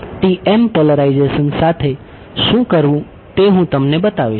TM polarisation સાથે શું કરવું તે હું તમને બતાવીશ